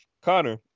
Connor